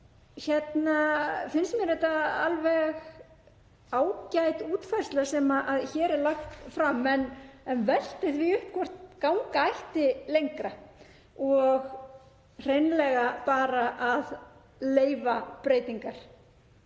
þá finnst mér þetta alveg ágæt útfærsla sem hér er lögð fram en velti því upp hvort ganga ætti lengra og hreinlega bara leyfa breytingar,